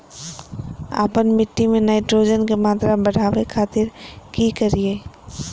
आपन मिट्टी में नाइट्रोजन के मात्रा बढ़ावे खातिर की करिय?